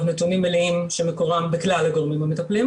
נתונים מלאים שמקורם בכלל הגורמים המטפלים,